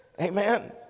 Amen